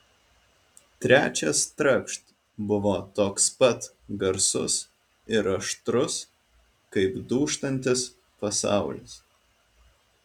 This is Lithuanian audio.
trečias trakšt buvo toks pat garsus ir aštrus kaip dūžtantis pasaulis